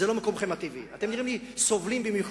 זה לא מקומכם הטבעי, אתם נראים לי סובלים במיוחד.